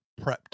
prepped